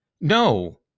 no